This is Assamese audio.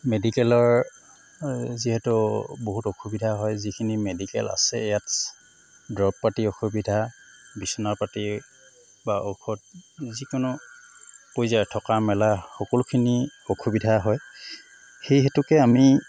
মেডিকেলৰ যিহেতু বহুত অসুবিধা হয় যিখিনি মেডিকেল আছে ইয়াত দৰৱপাতি অসুবিধা বিছনাপাতি বা ঔষধ যিকোনো পৰ্যায়ৰ থকা মেলা সকলোখিনি অসুবিধা হয় সেই হেতুকে আমি